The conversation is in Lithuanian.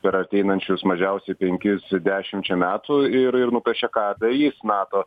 per ateinančius mažiausiai penkis dešimčia metų ir ir nupiešia ką darys nato